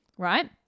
right